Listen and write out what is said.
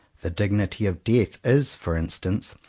the dignity of death is, for instance,